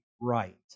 right